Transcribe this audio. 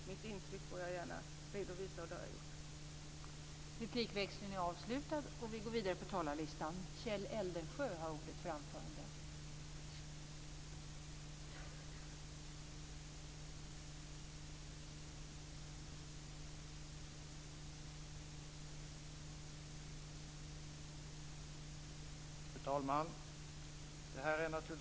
Men mitt intryck får jag redovisa här, och det har jag gjort.